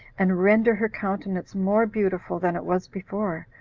and render her countenance more beautiful than it was before,